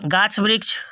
गाछ वृक्ष